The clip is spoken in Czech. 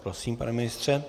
Prosím, pane ministře.